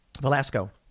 Velasco